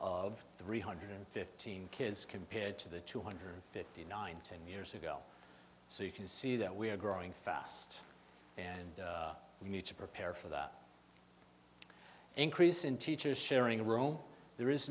of three hundred fifteen kids compared to the two hundred fifty nine ten years ago so you can see that we are growing fast and we need to prepare for that increase in teachers sharing a room there is